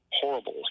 Horrible